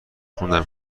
خوندم